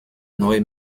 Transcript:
neue